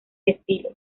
estilos